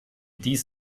dies